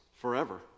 forever